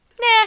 Nah